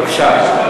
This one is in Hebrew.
בבקשה.